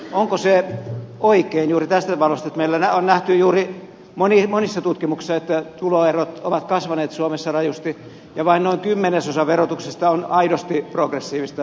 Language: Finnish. onko se oikein juuri tässä valossa että meillä on juuri nähty monissa tutkimuksissa että tuloerot ovat kasvaneet suomessa rajusti ja vain noin kymmenesosa verotuksesta on aidosti progressiivista